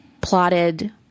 plotted